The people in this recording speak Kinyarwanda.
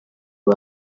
uwo